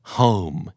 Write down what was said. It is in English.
home